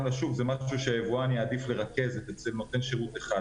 לשוק זה משהו שהיבואן יעדיף לרכז אצל נותן שירות אחד,